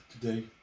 today